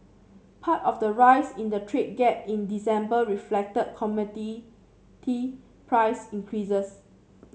part of the rise in the trade gap in December reflected commodity price increases